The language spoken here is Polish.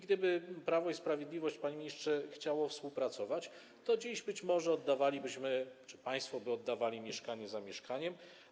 Gdyby Prawo i Sprawiedliwość, panie ministrze, chciało współpracować, to dziś być może oddawalibyśmy czy państwo by oddawali mieszkanie za mieszkaniem.